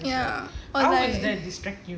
ya or like